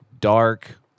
dark